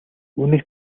үүнийг